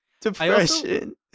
depression